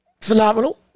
Phenomenal